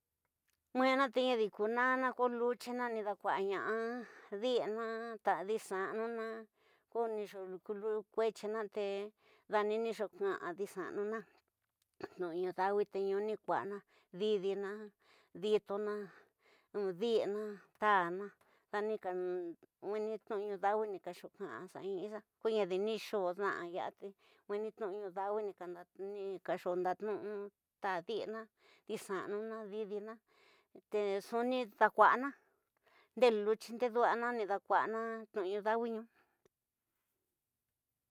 Nwena te ñadi kuna'na ko lutyi nida kua'ña di'ina, ti dixa'anuna ko nixo kutyina te dani ni xoo ka'a di xanuna tnu ñu dawi, te nu ni kuenaa didina, tnu ko ditina, ñaña nuveña truvi ñu daui, ni kaxotaxa xiti xa kodani, xa dai yaa te nuveña truvi nu daui. Kaxo ndatnuu te ditina di xanuña, didina, te nxu ni xakua'ana nde lutyi nde du'a nidakua'ana tnuñu dawi ñu.